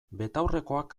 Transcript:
betaurrekoak